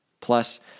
Plus